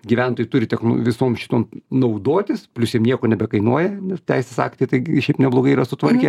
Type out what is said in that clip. gyventojai turi tech visom šitom naudotis plius jiem nieko nebekainuoja nes teisės aktai tai šiaip neblogai yra sutvarkę